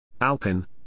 Alpin